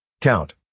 count